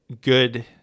good